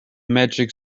magic